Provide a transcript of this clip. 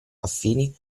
affini